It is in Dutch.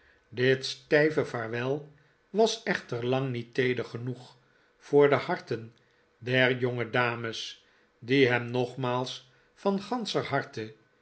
dit stijve vaarwel was echter lang niet feeder genoeg voor de harten der jongedames die hem nogmaals van ganscher harte